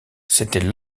c’était